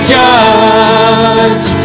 judge